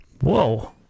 Whoa